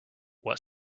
what